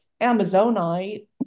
Amazonite